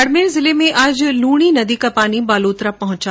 बाड़मेर जिले में आज लूणी नदी का पानी बालोतरा पहुंचा